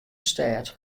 stêd